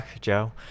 Joe